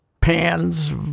pans